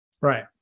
Right